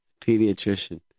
pediatrician